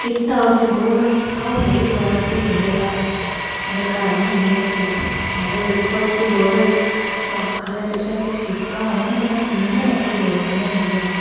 कीता उसी बोर होई आ'ऊं गेई दबारा फ्ही उंदे घर उं'दे घर नी उं'दी हट्टिया मड़ो दिक्खो इसी बुर होई ओह् आखा दे तुसें किश कीता होना नेईं ना इ'यां इसी बुर नी होंदी ऐ